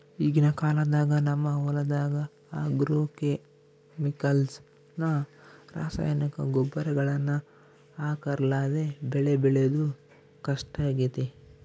ಈಗಿನ ಕಾಲದಾಗ ನಮ್ಮ ಹೊಲದಗ ಆಗ್ರೋಕೆಮಿಕಲ್ಸ್ ನ ರಾಸಾಯನಿಕ ಗೊಬ್ಬರಗಳನ್ನ ಹಾಕರ್ಲಾದೆ ಬೆಳೆ ಬೆಳೆದು ಕಷ್ಟಾಗೆತೆ